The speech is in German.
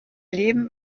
leben